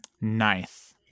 Nice